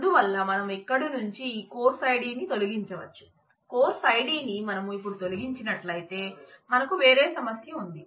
అందువల్ల మనం ఇక్కడ నుంచి ఈ కోర్సు ఐడిని తొలగించవచ్చు కోర్సు ఐడిని మనం ఇప్పుడు తొలగించినట్లయితే మనకు వేరే సమస్య ఉంది